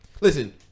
Listen